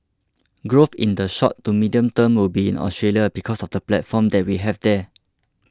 growth in the short to medium term will be in Australia because of the platform that we have here